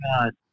God